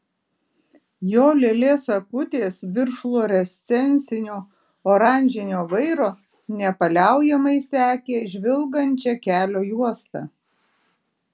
jo lėlės akutės virš fluorescencinio oranžinio vairo nepaliaujamai sekė žvilgančią kelio juostą